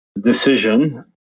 decision